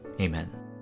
Amen